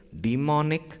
demonic